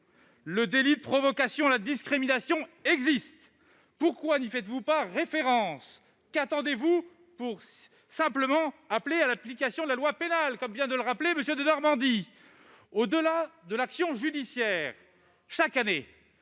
Le délit de provocation à la discrimination existe. Pourquoi n'y faites-vous pas référence ? Qu'attendez-vous pour simplement appeler à l'application de la loi pénale ? Au-delà de l'action judiciaire, chaque année,